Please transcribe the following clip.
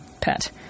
pet